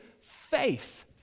faith